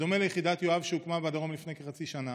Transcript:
בדומה ליחידת יואב שהוקמה בדרום לפני כחצי שנה.